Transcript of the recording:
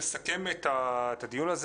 רק לסבר את האוזן למה אני